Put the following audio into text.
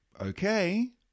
okay